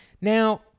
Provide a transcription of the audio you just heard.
Now